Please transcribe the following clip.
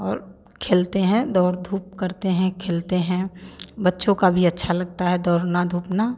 और खेलते हैं दौड़ धूप करते हैं खेलते हैं बच्चों का भी अच्छा लगता है दौड़ना धूपना